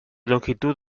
longitud